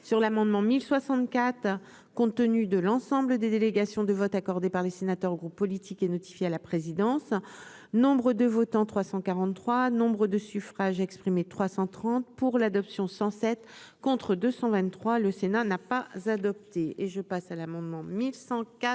soixante-quatre compte tenu de l'ensemble des délégations de vote accordé par les sénateurs groupes politiques et notifié à la présidence, nombre de votants 343 Nombre de suffrages exprimés 330 pour l'adoption 107 contre 223 le Sénat n'a pas adopté et je passe à l'amendement 1104